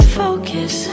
focus